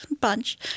bunch